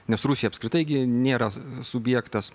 nes rusija apskritai gi nėra subjektas